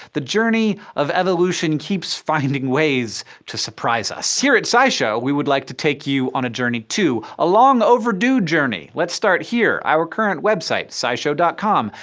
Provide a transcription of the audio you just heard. the journey of evolution keeps finding ways to surprise us. here at scishow, we would like to take you on a journey, too. a long-overdue journey. let's start here our current website, scishow com.